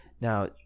Now